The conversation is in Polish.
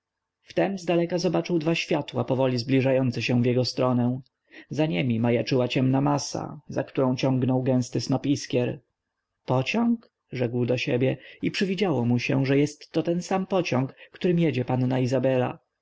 u dyabła wtem zdaleka zobaczył dwa światła powoli zbliżające się w jego stronę za niemi majaczyła ciemna masa za którą ciągnął gęsty snop iskier pociąg rzekł do siebie i przywidziało mu się że jestto ten sam pociąg którym jedzie panna izabela